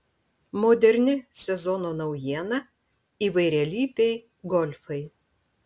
moderni sezono naujiena įvairialypiai golfai